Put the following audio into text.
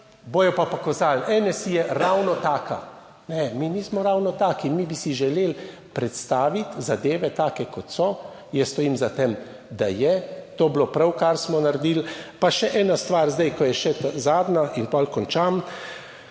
bodo pa pokazali, NSi je ravno taka. Ne, mi nismo ravno taki, mi bi si želeli predstaviti zadeve take kot so. Jaz stojim za tem, da je to bilo prav, kar smo naredili. Pa še ena stvar zdaj, ko je še, zadnja in pol končam.